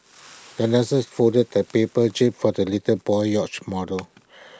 the nurse folded A paper jib for the little boy's yacht model